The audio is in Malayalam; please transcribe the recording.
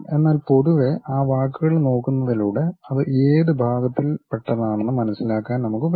എന്നാൽ പൊതുവേ ആ വാക്കുകൾ നോക്കുന്നതിലൂടെ അത് ഏത് ഭാഗത്തിൽ പെട്ടതാണെന്ന് മനസിലാക്കാൻ നമുക്ക് പറ്റും